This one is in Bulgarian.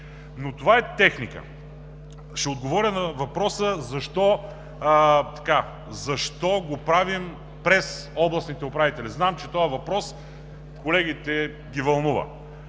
но това е техника. Ще отговоря на въпроса: защо го правим през областните управители? Знам, че този въпрос вълнува